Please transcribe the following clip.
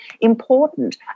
important